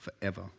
forever